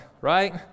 right